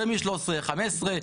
15 שנים.